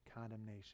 condemnation